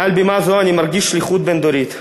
מעל בימה זו אני מרגיש שליחות בין-דורית.